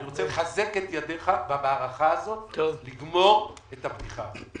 אני רוצה לחזק את ידיך במערכה הזאת כדי לגמור את הבדיחה הזאת.